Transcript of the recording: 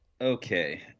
Okay